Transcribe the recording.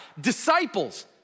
disciples